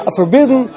forbidden